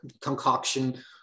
concoction